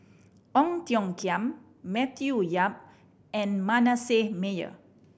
Ong Tiong Khiam Matthew Yap and Manasseh Meyer